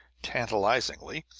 tantalizingly,